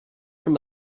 from